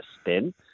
spin